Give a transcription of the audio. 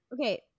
Okay